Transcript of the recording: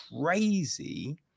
crazy